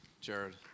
Jared